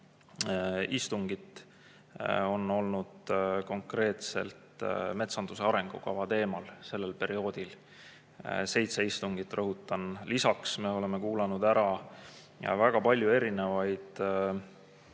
istungit on olnud konkreetselt metsanduse arengukava teemal sellel perioodil. Seitse istungit, rõhutan. Lisaks me oleme kuulanud ära väga palju